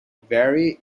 vary